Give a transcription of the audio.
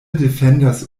defendas